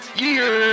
year